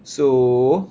so